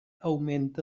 augmenta